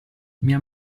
mia